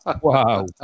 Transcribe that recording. wow